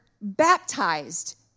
baptized